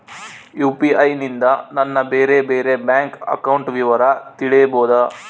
UPI ನಿಂದ ನನ್ನ ಬೇರೆ ಬೇರೆ ಬ್ಯಾಂಕ್ ಅಕೌಂಟ್ ವಿವರ ತಿಳೇಬೋದ?